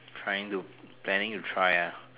trying to planning to try ah